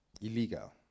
Illegal